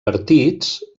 partits